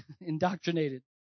indoctrinated